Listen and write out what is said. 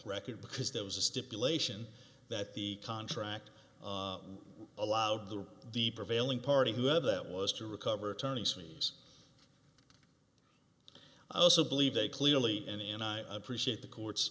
record because there was a stipulation that the contract allowed the the prevailing party whoever that was to recover attorney's fees i also believe they clearly and and i appreciate the court